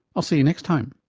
i'll see you next time